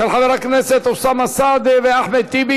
של חברי הכנסת אוסאמה סעדי ואחמד טיבי.